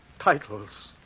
titles